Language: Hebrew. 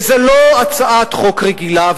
וזו לא הצעת חוק רגילה,